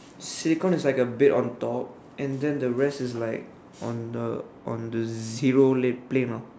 silicon is like a bit on top and the rest is like on the one the zero plane plane lah